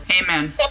Amen